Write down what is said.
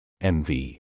MV